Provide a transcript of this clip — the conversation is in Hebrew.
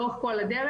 לאורך כל הדרך.